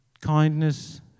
kindness